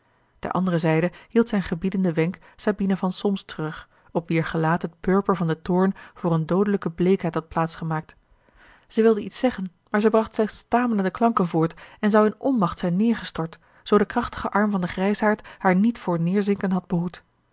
ter andere zijde hield zijn gebiedende wenk sabina van solms terug op wier gelaat het purper van den toorn voor eene doodelijke bleekheid had plaats gemaakt zij wilde iets zeggen maar zij bracht slechts stamelende klanken voort en zou in onmacht zijn neêrgestort zoo de krachtige arm van den grijsaard haar niet voor neêrzinken had behoed